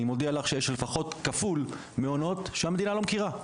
אני מודיע לך שיש לפחות כפול מעונות שהמדינה לא מכירה,